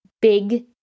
Big